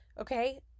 okay